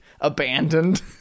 abandoned